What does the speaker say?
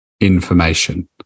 information